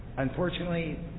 Unfortunately